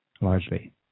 largely